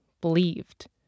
believed